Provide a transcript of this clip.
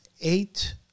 eight